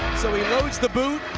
so he loads the boot,